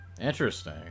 Interesting